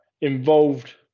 involved